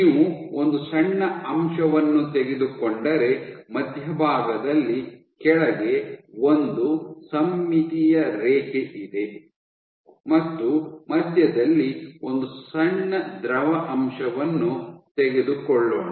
ನೀವು ಒಂದು ಸಣ್ಣ ಅಂಶವನ್ನು ತೆಗೆದುಕೊಂಡರೆ ಮಧ್ಯಭಾಗದಲ್ಲಿ ಕೆಳಗೆ ಒಂದು ಸಮ್ಮಿತಿಯ ರೇಖೆಯಿದೆ ಮತ್ತು ಮಧ್ಯದಲ್ಲಿ ಒಂದು ಸಣ್ಣ ದ್ರವ ಅಂಶವನ್ನು ತೆಗೆದುಕೊಳ್ಳೋಣ